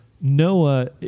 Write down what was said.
Noah